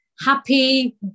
happy